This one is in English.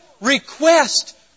request